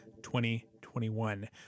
2021